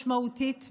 משמעותית,